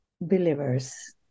believers